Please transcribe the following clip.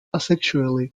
asexually